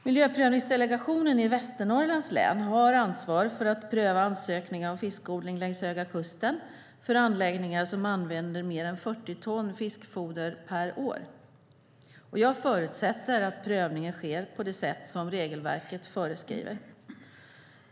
Miljöprövningsdelegationen i Västernorrlands län har ansvar för att pröva ansökningar om fiskodling längs Höga kusten för anläggningar som använder mer än 40 ton fiskfoder per år. Jag förutsätter att prövningen sker på det sätt som regelverket föreskriver.